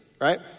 right